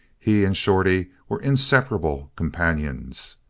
he and shorty were inseparable companions.